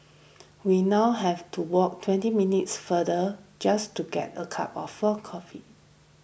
we now have to walk twenty minutes farther just to get a cup of full coffee